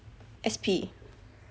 S_P